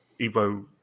Evo